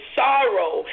sorrow